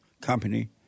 company